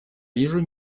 вижу